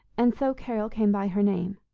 and so carol came by her name.